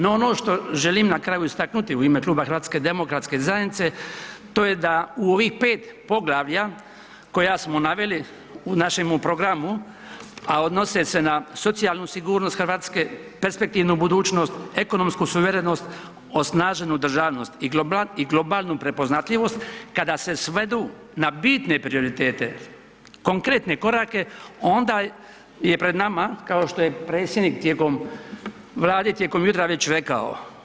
No ono što želim na kraju istaknuti u ime kluba HDZ-a, to je da u ovih 5 poglavlja koja smo naveli u našemu programu, a odnose na socijalnu sigurnost Hrvatske, perspektivnu budućnost, ekonomsku suverenost, osnaženu državnost i globalnu prepoznatljivost, kada se svedu na bitne prioritete, konkretne korake onda je pred nama kao što je predsjednik Vlade tijekom jutra već rekao.